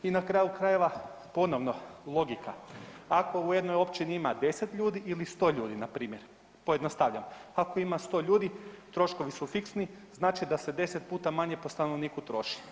I na kraju krajeva ponovno logika, ako u jednoj općini ima 10 ljudi ili 100 ljudi npr. pojednostavljam, ako ima 100 ljudi troškovi su fiksni znači da se 10 puta manje po stanovniku troši.